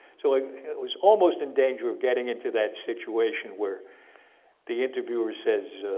so i was almost in danger of getting into that situation where the interviewer says